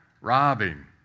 robbing